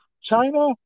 China